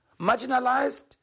Marginalized